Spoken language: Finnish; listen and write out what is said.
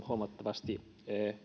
huomattavasti